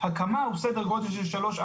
והקמה הוא סדר גודל של שלוש,